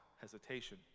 hesitation